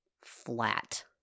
flat